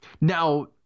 Now